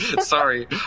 sorry